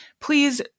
Please